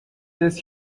des